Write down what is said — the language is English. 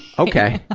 okay. ah